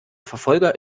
verfolger